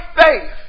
faith